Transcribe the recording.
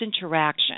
interaction